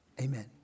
Amen